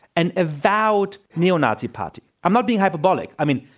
an avowed neo-nazi party. i'm not being hyperbolic. i mean,